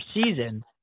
season